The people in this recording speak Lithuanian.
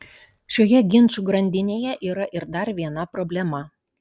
šioje ginčų grandinėje yra ir dar viena problema